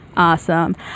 awesome